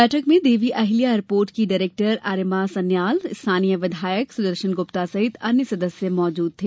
बैठक में देवी अहिल्या एयरपोर्ट की डायरेक्टर अर्यमा सन्याल स्थानीय विधायक सुदर्शन गुप्ता सहित अन्य सदस्य मौजूद थे